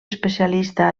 especialista